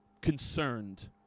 concerned